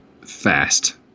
fast